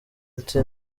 ati